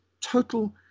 total